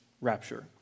rapture